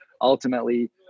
ultimately